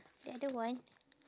the other one